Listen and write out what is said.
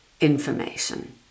information